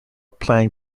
playing